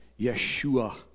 Yeshua